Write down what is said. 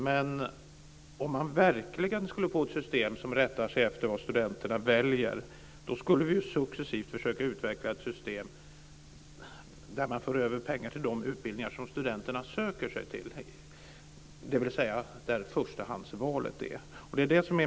Men om vi verkligen skulle få ett system som rättar sig efter vad studenterna väljer skulle vi successivt söka utverka ett system där man för över pengar till de utbildningar som studenterna söker sig till, dvs. där förstahandsvalet är.